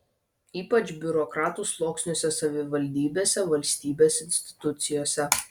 ypač biurokratų sluoksniuose savivaldybėse valstybės institucijose